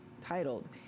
titled